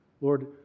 Lord